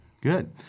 good